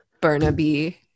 burnaby